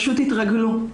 פשוט יתרגלו,